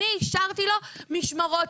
אני אישרתי לו משמרות.